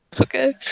Okay